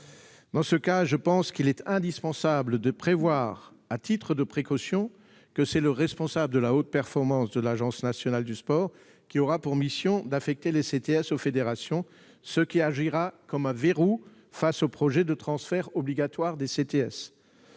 Dans ces conditions, il est selon moi indispensable de prévoir, à titre de précaution, que c'est le responsable de la haute performance de l'Agence nationale du sport qui aura pour mission d'affecter les CTS aux fédérations, ce qui constituera un verrou face au projet de transfert obligatoire des CTS.